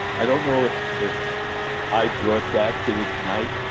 i don't know if if i brought that to the night,